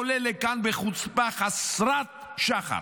עולה לכאן בחוצפה חסרת שחר